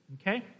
Okay